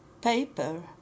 paper